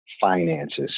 finances